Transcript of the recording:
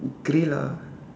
grey lah